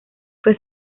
fue